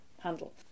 handle